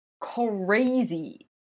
crazy